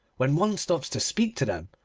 when one stops to speak to them,